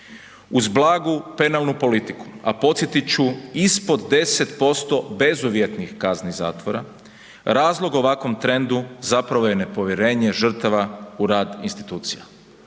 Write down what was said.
Uz blagu penalnu politiku, a podsjetit ću, ispod 10% bezuvjetnih kazni zatvora, razlog ovakvom trendu zapravo je nepovjerenje žrtava u rad institucija,